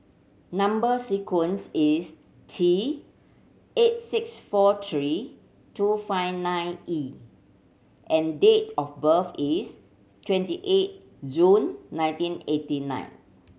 number sequence is T eight six four three two five nine E and date of birth is twenty eight June nineteen eighty nine